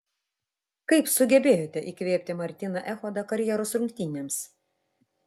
kaip sugebėjote įkvėpti martyną echodą karjeros rungtynėms